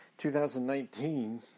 2019